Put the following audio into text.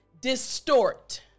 distort